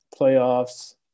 playoffs